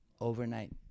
overnight